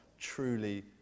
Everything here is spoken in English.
truly